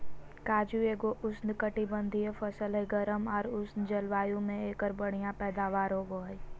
काजू एगो उष्णकटिबंधीय फसल हय, गर्म आर उष्ण जलवायु मे एकर बढ़िया पैदावार होबो हय